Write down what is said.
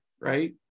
right